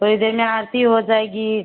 थोड़ी देर में आरती हो जाएगी